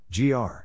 gr